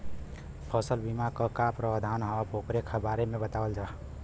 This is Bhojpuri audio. फसल बीमा क का प्रावधान हैं वोकरे बारे में बतावल जा?